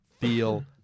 feel